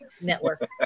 Network